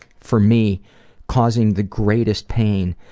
for me causing the greatest pain,